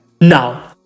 now